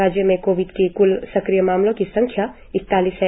राज्य में कोविड के क्ल सक्रिय मामलो की संख्या इकतालीस है